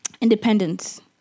Independence